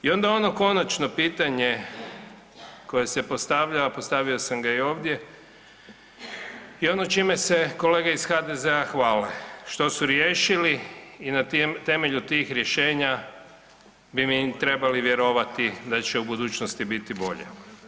I onda ono konačno pitanje koje se postavlja, a postavio sam ga i ovdje, je ono čime se kolege iz HDZ-a hvale, što su riješili i na temelju tih rješenja bi im trebali vjerovati da će u budućnosti biti bolje.